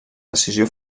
decisió